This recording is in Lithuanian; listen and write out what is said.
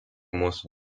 mūsų